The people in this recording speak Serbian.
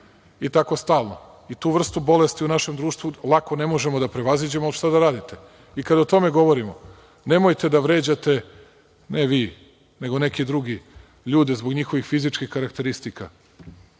I tako stalno. Tu vrstu bolesti u našem društvu ne možemo lako da prevaziđemo, ali, šta da radimo. I kada o tome govorimo – nemojte da vređate, ne vi, nego neki drugi, ljude zbog njihovih fizičkih karakteristika.